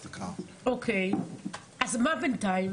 אוקיי, אז מה בינתיים